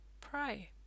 Pray